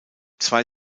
zwei